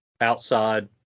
outside